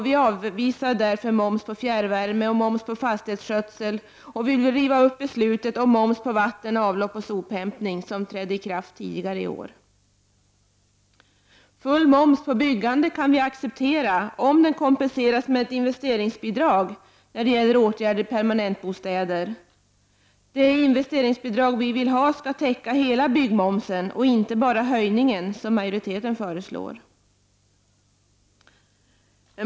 Vi avvisar därför moms på fjärrvärme och moms på fastighetsskötsel. Vi vill riva upp det beslut om moms på vatten, avlopp och sophämtning som redan har trätt i kraft. Full moms på byggande kan vi acceptera om den kompenseras med ett investeringsbidrag när det gäller åtgärder i permanentbostäder. Vi menar att investeringsbidraget skall täcka hela byggmomsen, inte bara höjningen som majoriteten föreslår.